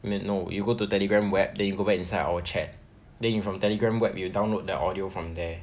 wait no you go to Telegram web then you go back inside our chat then you from Telegram web you download the audio from there